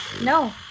No